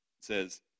says